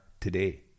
today